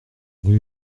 rue